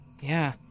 Yeah